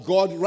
God